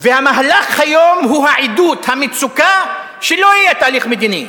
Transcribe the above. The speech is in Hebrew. והמהלך היום הוא העדות המוצקה שלא יהיה תהליך מדיני.